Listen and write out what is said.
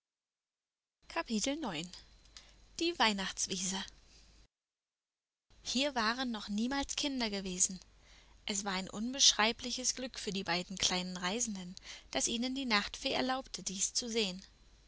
die weihnachtswiese hier waren noch niemals kinder gewesen es war ein unbeschreibliches glück für die beiden kleinen reisenden daß ihnen die nachtfee erlaubte dies zu sehen